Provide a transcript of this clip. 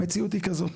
המציאות היא כזאת: